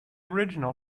original